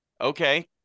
okay